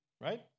right